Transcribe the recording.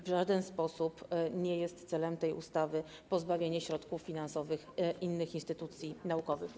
W żaden sposób nie jest celem tej ustawy pozbawienie środków finansowych innych instytucji naukowych.